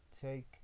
Take